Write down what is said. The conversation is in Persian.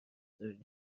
داریم